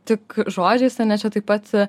tik žodžiais ar ne čia taip pat